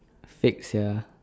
fake sia